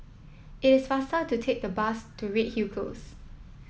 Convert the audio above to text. it is faster to take a bus to Redhill Close